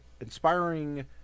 inspiring